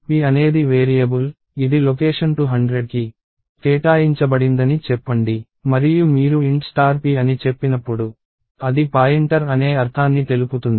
p అనేది variable ఇది location 200 కి కేటాయించబడిందని చెప్పండి మరియు మీరు Int p అని చెప్పినప్పుడు అది పాయింటర్ అనే అర్థాన్ని తెలుపుతుంది